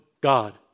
God